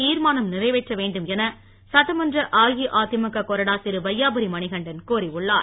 திர்மானம் நிறைவேற்ற வேண்டும் என சட்டமன்ற அஇஅதிமுக கொறடா திருவையாபுரி மணிகண்டன் கோரியுள்ளார்